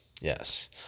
yes